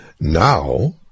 now